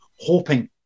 hoping